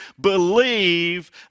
believe